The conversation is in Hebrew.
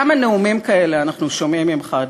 כמה נאומים כאלה אנחנו שומעים ממך,